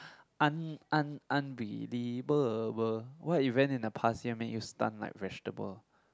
un~ un~ unbelievable what event in the past year make you stunned like vegetable